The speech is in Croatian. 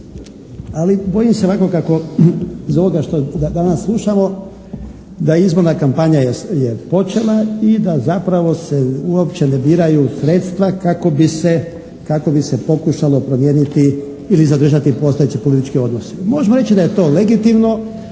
ali bojim se ovako kako iz ovoga što danas slušamo da izborna kampanja je počela i da zapravo se uopće ne biraju sredstva kako bi se pokušalo promijeniti ili zadržati postojeće političke odnose. Možemo reći da je to legitimno